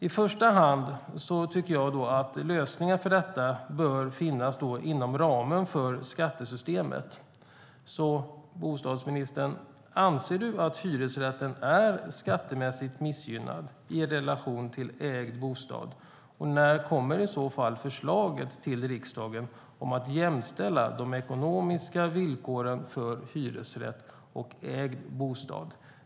I första hand tycker jag att lösningen för detta bör finnas inom ramen för skattesystemet. Bostadsministern, anser du att hyresrätten är skattemässigt missgynnad i relation till ägd bostad? När kommer i så fall förslaget till riksdagen om att jämställa de ekonomiska villkoren för hyresrätt och ägd bostad?